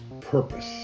purpose